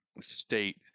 state